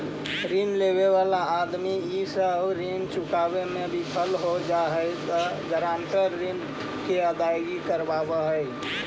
ऋण लेवे वाला आदमी इ सब ऋण चुकावे में विफल हो जा हई त गारंटर ऋण के अदायगी करवावऽ हई